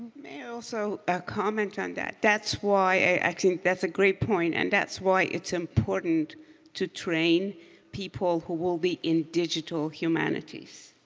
may i also ah comment on that? that's why actually that's a great point. and that's why it's important to train people who will be in digital humanities.